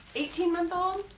eighteen month on